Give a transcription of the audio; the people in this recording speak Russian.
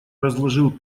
разложил